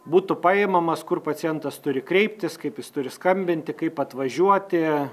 būtų paimamas kur pacientas turi kreiptis kaip jis turi skambinti kaip atvažiuoti